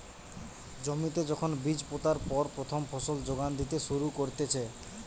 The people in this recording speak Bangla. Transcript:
জমিতে যখন বীজ পোতার পর প্রথম ফসল যোগান দিতে শুরু করতিছে